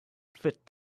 fit